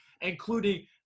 including